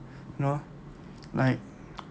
you know like